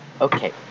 okay